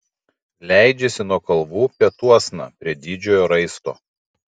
leidžiasi nuo kalvų pietuosna prie didžiojo raisto